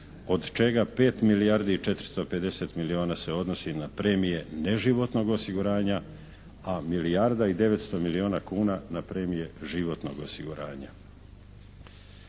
od čega 5 milijardi i 450 milijuna se odnosi na premije neživotnog osiguranja a milijarda i 900 milijuna kuna na premije životnog osiguranja.